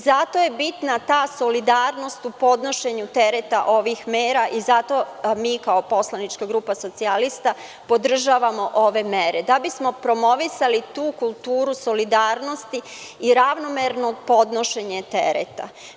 Zato je bitna ta solidarnost u podnošenju tereta ovih mera i zato mi kao poslanička grupa socijalista podržavamo ove mere da bi smo promovisali tu kulturu solidarnosti i ravnomerno podnošenje tereta.